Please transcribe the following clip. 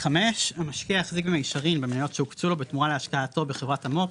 המשקיע החזיק במישרין במניות שהוקצו לו בתמורה להשקעתו בחברת המו"פ,